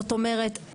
זאת אומרת,